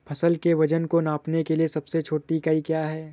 फसल के वजन को नापने के लिए सबसे छोटी इकाई क्या है?